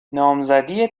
نامزدی